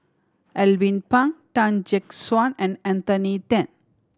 Alvin Pang Tan Gek Suan and Anthony Then